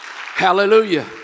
Hallelujah